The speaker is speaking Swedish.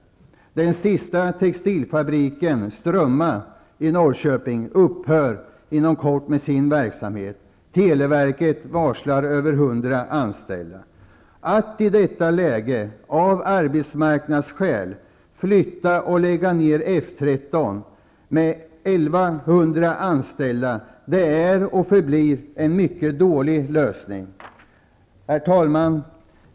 Den sista textilfabriken, Strömma i Att i detta läge av arbetsmarknadsskäl flytta och lägga ned F 13 med 1 100 anställda är och förblir en mycket dålig lösning. Herr talman!